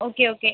okay okay